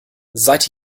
seid